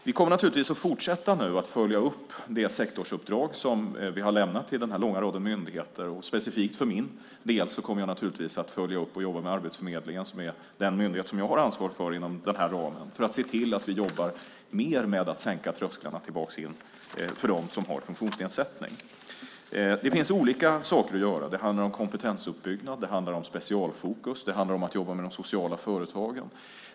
Vi kommer naturligtvis att fortsätta följa upp det sektorsuppdrag som vi har lämnat till den här långa raden myndigheter. Specifikt för min del kommer jag naturligtvis att följa upp och jobba med Arbetsförmedlingen, som är den myndighet som jag har ansvar för inom den här ramen, för att se till att vi jobbar mer med att sänka trösklarna tillbaka för dem som har funktionsnedsättning. Det finns olika saker att göra. Det handlar om kompetensuppbyggnad. Det handlar om specialfokus. Det handlar om att jobba med de sociala företagen.